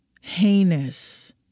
heinous